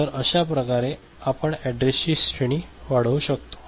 तर अशाप्रकारे आम्ही अॅड्रेसची श्रेणी वाढवू शकतो